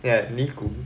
yeah 尼古